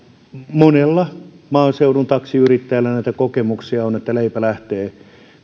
monella maaseudun taksiyrittäjällä näitä kokemuksia on että leipä lähtee